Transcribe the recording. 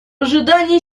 ожидании